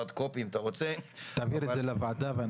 תעביר את זה לוועדה.